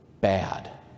bad